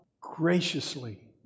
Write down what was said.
graciously